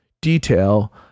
detail